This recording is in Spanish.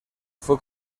fue